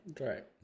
right